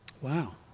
Wow